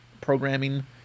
programming